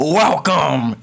welcome